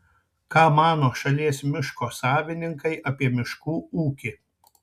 ką mano šalies miško savininkai apie miškų ūkį